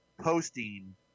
posting